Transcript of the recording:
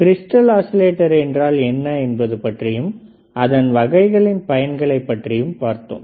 crystal oscillator என்றால் என்ன என்பதைப் பற்றியும் அதன் வகைகளின் பயன்களைப் பற்றியும் பார்த்தோம்